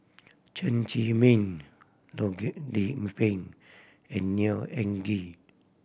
Chen Zhiming Loh Lik Peng and Neo Anngee